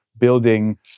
building